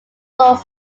laws